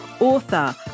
author